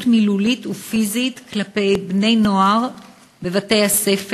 מילולית ופיזית כלפי בני-נוער בבתי-הספר,